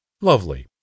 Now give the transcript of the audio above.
Lovely